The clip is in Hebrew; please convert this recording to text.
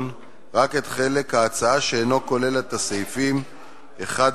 רק את חלק ההצעה שאינו כולל את הסעיפים 1(1),